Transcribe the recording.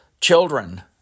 children